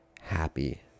happy